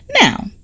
Now